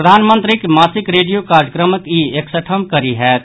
प्रधानमंत्रीक मासिक रेडियो कार्यक्रमक ई एकसठम कड़ी होयत